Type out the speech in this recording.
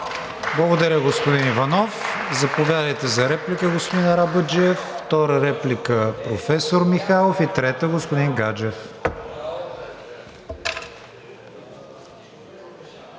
Благодаря, господин Иванов. Заповядате за реплика, господин Арабаджиев. Втора реплика – професор Михайлов, и трета – господин Гаджев.